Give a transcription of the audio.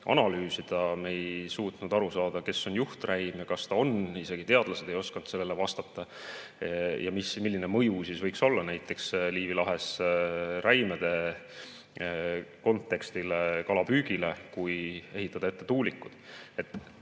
ei suutnud aru saada, kes on juhträim ja kas ta on [juhträim], isegi teadlased ei osanud sellele vastata. Ja milline mõju võiks olla näiteks Liivi lahes räimede kontekstis ja kalapüügile, kui ehitada ette tuulikud.